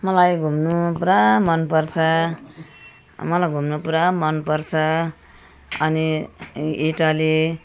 मलाई घुम्नु पुरा मन पर्छ मलाई घुम्नु पुरा मन पर्छ अनि इटाली